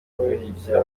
kunshyigikira